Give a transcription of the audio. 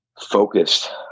focused